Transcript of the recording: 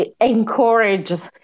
encourages